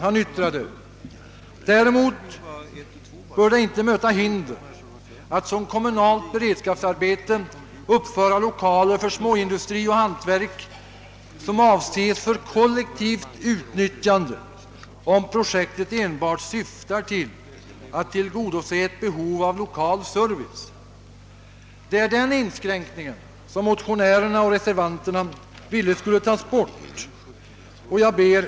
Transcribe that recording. Han yttrade: »Däremot bör det inte möta hinder att som kommunalt beredskapsarbete uppföra lokaler för småindustri och hantverk som avses för kollektivt utnyttjande, om projektet enbart syftar till att tillgodose ett behov av lokal service.» Det är denna inskränkning som motionärerna och reservanterna önskade få borttagen.